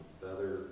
feather